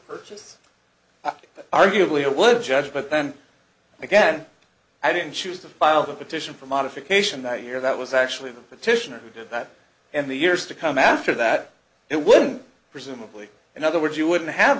purchase arguably it would judge but then again i didn't choose to file the petition for modification that year that was actually the petitioner who did that and the years to come after that it was presumably in other words you wouldn't have